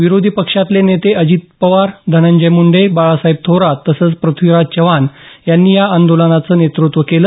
विरोधी पक्षातील नेते अजित पवार धनंजय मुंडे बाळासाहेब थोरात तसेच प्रथ्वीराज चव्हाण यांनी या आंदोलनाचं नेतृत्व केलं